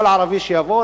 כל ערבי שיבוא,